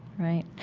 right?